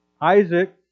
Isaac